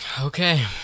Okay